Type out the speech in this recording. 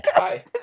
Hi